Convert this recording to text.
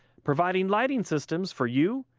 providing lighting systems for you,